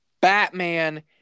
Batman